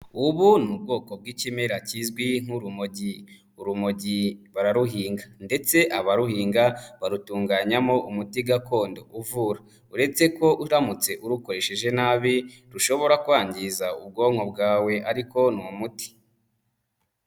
Ubu ni ubwoko bw'ikimera kizwi nk'urumogi, urumogi bararuhinga ndetse abaruhinga barutunganyamo umuti gakondo uvura. Uretse ko uramutse urukoresheje nabi rushobora kwangiza ubwonko bwawe ariko ni umuti.